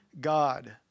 God